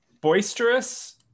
boisterous